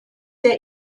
der